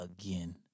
again